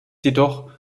jedoch